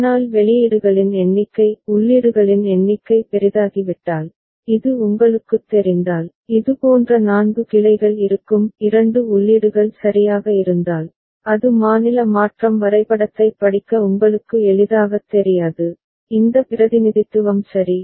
ஆனால் வெளியீடுகளின் எண்ணிக்கை உள்ளீடுகளின் எண்ணிக்கை பெரிதாகிவிட்டால் இது உங்களுக்குத் தெரிந்தால் இதுபோன்ற நான்கு கிளைகள் இருக்கும் இரண்டு உள்ளீடுகள் சரியாக இருந்தால் அது மாநில மாற்றம் வரைபடத்தைப் படிக்க உங்களுக்கு எளிதாகத் தெரியாது இந்த பிரதிநிதித்துவம் சரி